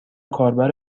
کاربر